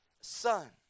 son